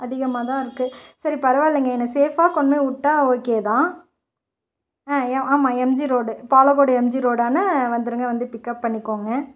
அதிகமாகதான் இருக்கு சரி பரவால்லங்க என்ன சேஃபாக கொண்டு போய்விட்டா ஓகே தான் ஆமாம் எம்ஜி ரோடு பாலக்கோடு எம்ஜி ரோடான வந்துருங்க வந்து பிக்கப் பண்ணிக்கோங்க